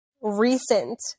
recent